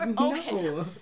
Okay